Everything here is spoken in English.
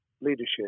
leadership